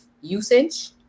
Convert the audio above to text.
usage